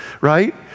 right